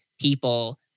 people